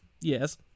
Yes